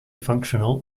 functional